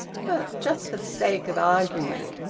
but just for the sake of argument.